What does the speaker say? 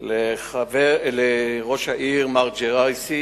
אל ראש העיר מר ג'ראיסי,